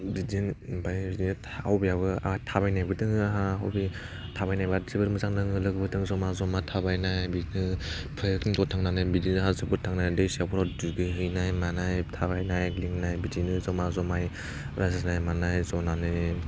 बिदि आमफ्राइ बिदि आवगायावबो आंहा थाबायनायबो दङ आंहा हबि थाबाय बायदिबो मोजां नाङो लोगोफोरजों जमा जमा थाबायनाय बिदिनो प्लेटफर्मफ्राव थांनानै बिदिनो हाजोफ्राव थांनानै दैसाफोराव दुगैनाय मानाय थाबायनाय गेलेनाय बिदिनो जमा जमायै रायज्लायनाय मानाय ज'नानै